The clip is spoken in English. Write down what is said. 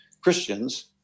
Christians